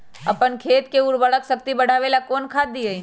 अपन खेत के उर्वरक शक्ति बढावेला कौन खाद दीये?